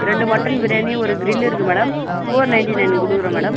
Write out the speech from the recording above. ரெண்டு மட்டன் பிரியாணி ஒரு கிரில்லு இருக்கு மேடம் ஃபோர் நைன்ட்டி நைனுக்கு கொடுக்குறோம் மேடம்